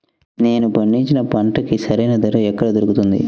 నేను పండించిన పంటకి సరైన ధర ఎక్కడ దొరుకుతుంది?